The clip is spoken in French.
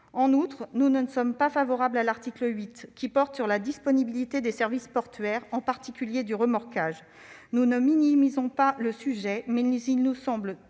En outre, nous ne sommes pas favorables à l'article 8 qui porte sur la disponibilité des services portuaires, en particulier du remorquage. Nous ne minimisons pas le sujet, mais il nous semble